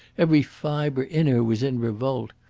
every fibre in her was in revolt.